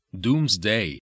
doomsday